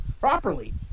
properly